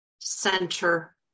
center